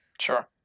Sure